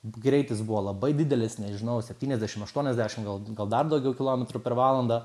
greitis buvo labai didelis nežinau septyniasdešim aštuoniasdešim gal gal dar daugiau kilometrų per valandą